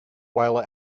while